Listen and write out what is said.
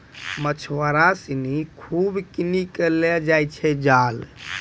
मछुआरा सिनि खूब किनी कॅ लै जाय छै जाल